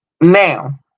now